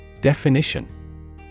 Definition